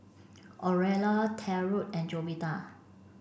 Aurelia Trent and Jovita